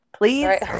Please